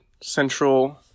central